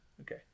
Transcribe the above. okay